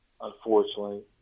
unfortunately